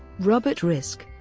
robert riske,